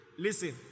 Listen